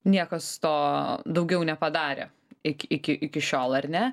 niekas to daugiau nepadarė ik iki iki šiol ar ne